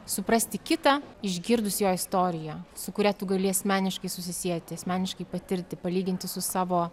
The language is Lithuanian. suprasti kitą išgirdus jo istoriją su kuria tu gali asmeniškai susisieti asmeniškai patirti palyginti su savo